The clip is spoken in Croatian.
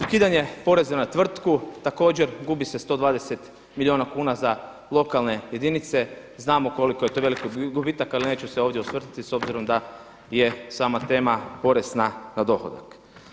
Ukidanje poreza na tvrtku također gubi se 120 milijuna kuna za lokalne jedinice, znamo koliko je to veliki gubitak ali neću se ovdje osvrtati s obzirom da je sama tema porez na dohodak.